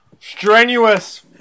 Strenuous